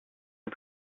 les